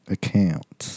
Account